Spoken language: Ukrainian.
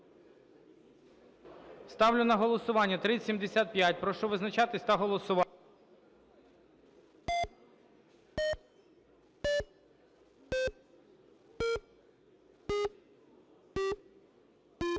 Ставлю на голосування 3076. Прошу визначатись та голосувати.